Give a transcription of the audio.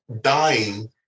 dying